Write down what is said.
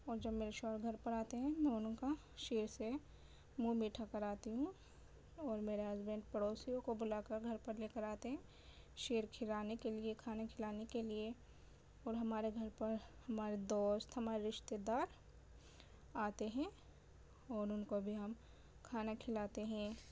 اور جب میرے شوہر گھر پر آتے ہیں میں ان کا شیر سے منھ میٹھا کراتی ہوں اور میرے ہسبینڈ پڑوسیوں کو بلا کر گھر پر لے کر آتے ہیں شیر کھلانے کے لیے کھانے کھلانے کے لیے اور ہمارے گھر پر ہمارے دوست ہمارے رشتے دار آتے ہیں اور ان کو بھی ہم کھانا کھلاتے ہیں